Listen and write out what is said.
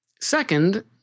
Second